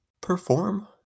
perform